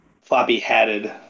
floppy-hatted